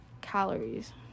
calories